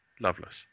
loveless